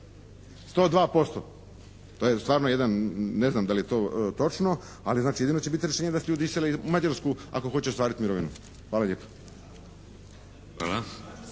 102%. To je stvarno jedan, neznam da li je to točno, ali znači jedino će biti rješenje da se ljudi isele u Mađarsku ako hoće ostvariti mirovinu. Hvala lijepa.